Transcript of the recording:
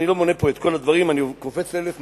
אני לא מונה פה את כל הדברים, אני קופץ ל-1264,